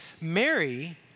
Mary